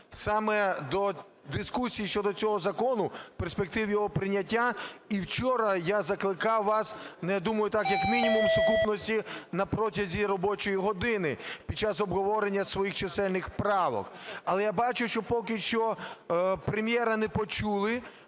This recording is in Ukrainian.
саме до дискусії цього закону, перспектив його прийняття. І вчора я закликав вас, я думаю, так, як мінімум, в сукупності на протязі робочої години під час обговорення своїх чисельних правок. Але я бачу, що поки що Прем'єра не почули.